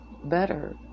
better